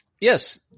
Yes